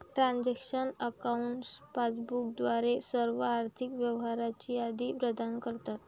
transaction accounts passbook द्वारे सर्व आर्थिक व्यवहारांची यादी प्रदान करतात